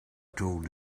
told